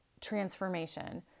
transformation